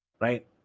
Right